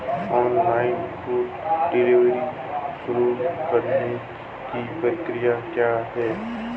Online food delivery शुरू करने की प्रक्रिया क्या है?